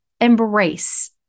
embrace